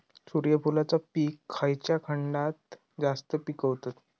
सूर्यफूलाचा पीक खयच्या खंडात जास्त पिकवतत?